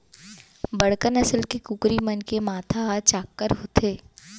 बड़का नसल के कुकरी मन के माथा ह चाक्कर होथे